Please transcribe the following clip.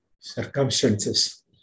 circumstances